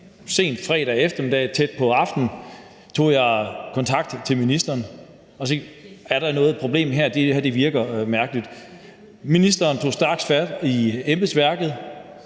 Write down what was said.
sen fredag eftermiddag tæt på aftenen, tog jeg kontakt til ministeren og spurgte: Er der et problem her? Det her virker mærkeligt. Ministeren tog straks fat i embedsværket,